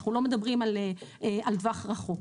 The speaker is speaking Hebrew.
אנחנו לא מדברים על טווח רחוק.